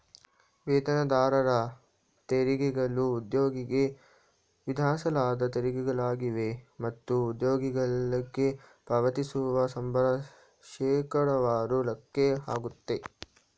ವೇತನದಾರರ ತೆರಿಗೆಗಳು ಉದ್ಯೋಗಿಗೆ ವಿಧಿಸಲಾದ ತೆರಿಗೆಗಳಾಗಿವೆ ಮತ್ತು ಉದ್ಯೋಗಿಗಳ್ಗೆ ಪಾವತಿಸುವ ಸಂಬಳ ಶೇಕಡವಾರು ಲೆಕ್ಕ ಹಾಕುತ್ತೆ